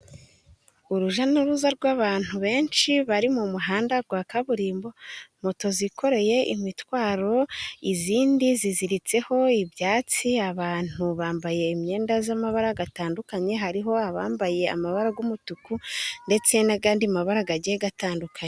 Urujya n'uruza rw'abantu benshi bari mu muhanda wa kaburimbo, moto zikoreye imitwaro, izindi ziziritseho ibyatsi, abantu bambaye imyenda y'amabara atandukanye, hariho abambaye amabara y'umutuku ndetse n'ayandi mabara agiye atandukanye.